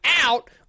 out